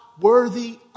worthy